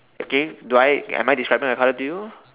okay do I am I describing a color due